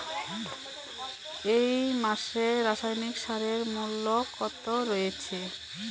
এই মাসে রাসায়নিক সারের মূল্য কত রয়েছে?